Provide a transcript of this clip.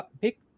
pick